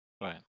right